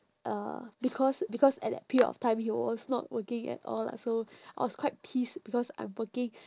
uh because because at that period of time he was not working at all lah so I was quite pissed because I'm working